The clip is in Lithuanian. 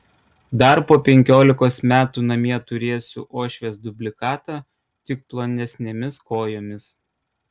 dar po penkiolikos metų namie turėsiu uošvės dublikatą tik plonesnėmis kojomis